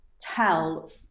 tell